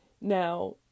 Now